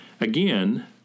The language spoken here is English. Again